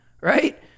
right